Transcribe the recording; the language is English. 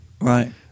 Right